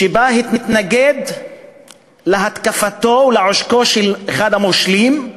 שבה הוא התנגד להתקפה ולעושק של אחד המושלים,